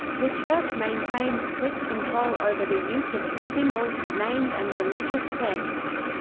the church maintains strict control over the use of its symbols, names and religious texts.